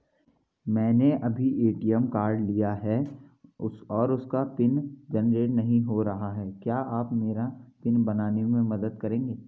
मैंने अभी ATM card लिया है और उसका पिन जेनरेट नहीं हो रहा है क्या आप मेरा पिन बनाने में मदद करेंगे?